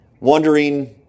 wondering